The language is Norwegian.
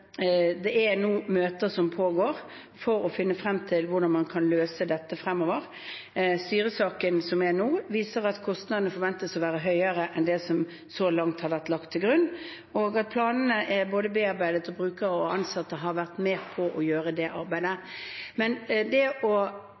nå møter som pågår for å finne frem til hvordan man kan løse dette fremover. Styresaken som er nå, viser at kostnadene forventes å være høyere enn det som så langt har vært lagt til grunn. Planene er bearbeidet, og brukere og ansatte har vært med på å gjøre det arbeidet. Å forkaste en finansieringsmodell og foretaksmodellen for sykehusene når det